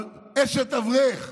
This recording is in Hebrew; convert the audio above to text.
אבל אשת אברך,